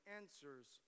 answers